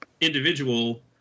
individual